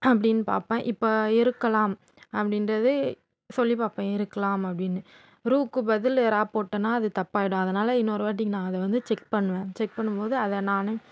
அப்படின்னு பார்ப்பேன் இப்போ இருக்கலாம் அப்படின்றது சொல்லி பார்ப்பேன் இருக்கலாம் அப்படின்னு ருக்கு பதில் ரா போட்டேன்னால் அது தப்பாக ஆயிடும் அதனால் இன்னொரு வாட்டிக்கு நான் அதை வந்து செக் பண்ணுவேன் செக் பண்ணும் போது அதை நான்